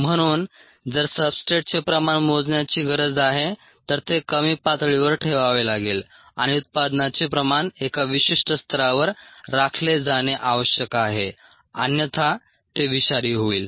म्हणून जर सब्सट्रेटचे प्रमाण मोजण्याची गरज आहे तर ते कमी पातळीवर ठेवावे लागेल आणि उत्पादनाचे प्रमाण एका विशिष्ट स्तरावर राखले जाणे आवश्यक आहे अन्यथा ते विषारी होईल